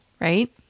right